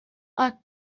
our